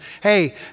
hey